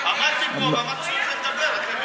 הוא אמר לך שהוא רוצה לדבר.